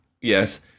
yes